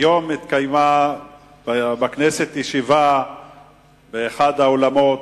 היום התקיימה בכנסת, באחד האולמות,